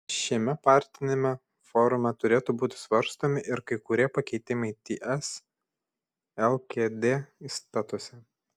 šiame partiniame forume turėtų būti svarstomi ir kai kurie pakeitimai ts lkd įstatuose